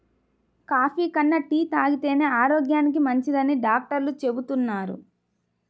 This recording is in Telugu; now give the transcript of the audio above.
కాఫీ కన్నా టీ తాగితేనే ఆరోగ్యానికి మంచిదని డాక్టర్లు చెబుతున్నారు